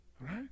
Right